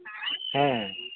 ᱦᱮᱸ